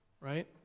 right